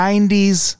90s